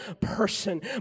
person